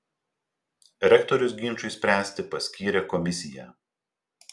rektorius ginčui išspręsti paskyrė komisiją